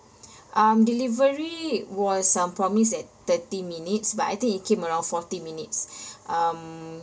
um delivery was um promised at thirty minutes but I think it came around forty minutes um